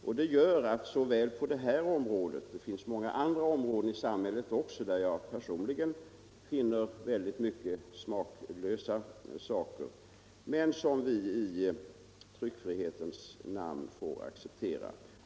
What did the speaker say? Såväl på detta område som på andra — det finns många sådana i samhället där jag personligen finner mycket smaklöst — får vi därför i tryckfrihetens namn acceptera vissa företeelser.